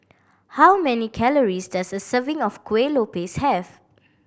how many calories does a serving of Kuih Lopes have